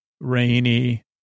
rainy